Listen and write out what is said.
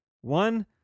One